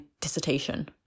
dissertation